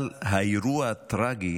אבל האירוע הטרגי